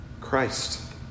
Christ